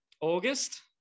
August